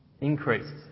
increased